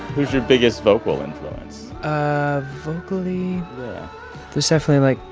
who's your biggest vocal influence? ah vocally there's definitely like,